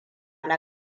na